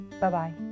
Bye-bye